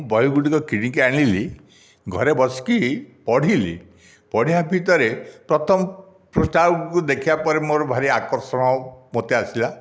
ବହିଗୁଡ଼ିକ କିଣିକି ଆଣିଲି ଘରେ ବସିକି ପଢ଼ିଲି ପଢ଼ିବା ଭିତରେ ପ୍ରଥମ ପୃଷ୍ଠାକୁ ଦେଖିବାପରେ ମୋର ଭାରି ଆକର୍ଷଣ ମୋତେ ଆସିଲା